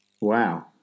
Wow